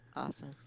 awesome